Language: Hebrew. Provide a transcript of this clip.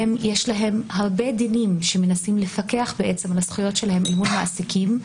יש להם הרבה דינים שמנסים לפקח על הזכויות שלהם אל מול מעסיקים,